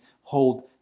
hold